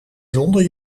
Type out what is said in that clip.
zonder